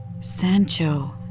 Sancho